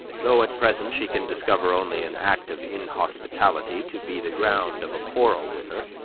though at present she can discover only an act of inhospitality to be the ground of a quarrel with her